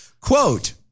Quote